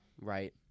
right